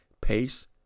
pace